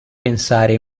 pensare